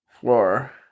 floor